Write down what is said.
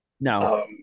no